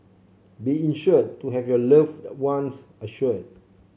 be insured to have your loved ones assured